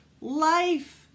life